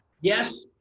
yes